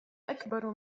أكبر